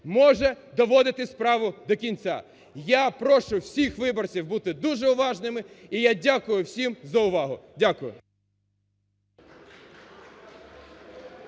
може доводити справу до кінця. Я прошу всіх виборців бути дуже уважними і я дякую всім за увагу. Дякую.